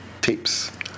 tapes